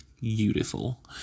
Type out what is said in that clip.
beautiful